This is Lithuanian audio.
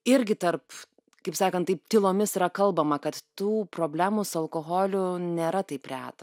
irgi tarp kaip sakant taip tylomis yra kalbama kad tų problemų su alkoholiu nėra taip reta